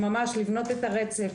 ממש לבנות את הרצף,